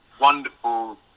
wonderful